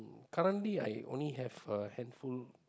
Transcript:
currently I have only have a handful